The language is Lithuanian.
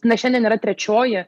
na šiandien yra trečioji